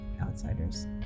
outsiders